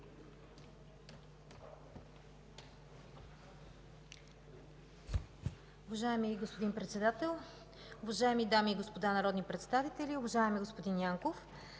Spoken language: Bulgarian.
Уважаеми господин Председател, уважаеми дами и господа народни представители! Уважаема госпожо Манолова,